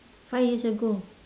five years ago